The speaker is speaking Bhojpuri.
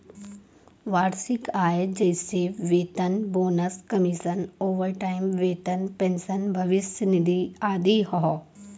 वार्षिक आय जइसे वेतन, बोनस, कमीशन, ओवरटाइम वेतन, पेंशन, भविष्य निधि आदि हौ